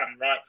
right